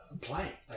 Play